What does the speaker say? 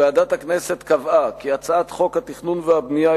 ועדת הכנסת קבעה כי הצעת חוק התכנון והבנייה,